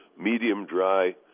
medium-dry